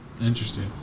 interesting